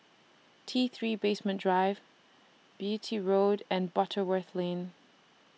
T three Basement Drive Beatty Road and Butterworth Lane